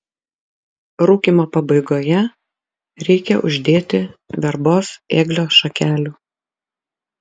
rūkymo pabaigoje reikia uždėti verbos ėglio šakelių